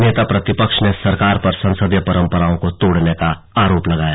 नेता प्रतिपक्ष ने सरकार पर संसदीय परंपराओं को तोड़ने का आरोप लगाया